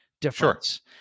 difference